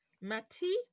Matty